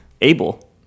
able